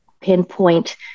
pinpoint